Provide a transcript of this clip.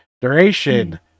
Duration